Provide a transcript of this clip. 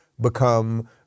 become